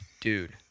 Dude